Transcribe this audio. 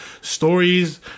stories